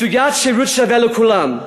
בסוגיית שירות שווה לכולם,